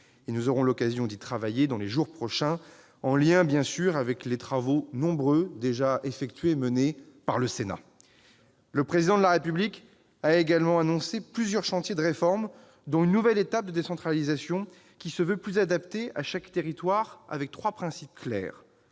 Nous aurons l'occasion d'y travailler dans les jours prochains, en lien, bien sûr, avec les nombreux travaux déjà menés par le Sénat. Nous sommes impatients ! Le Président de la République a également annoncé plusieurs chantiers de réformes, dont une nouvelle étape de décentralisation qui se veut plus adaptée à chaque territoire, selon trois principes clairs